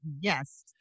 Yes